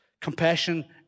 compassion